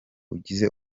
ugize